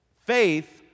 Faith